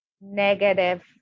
negative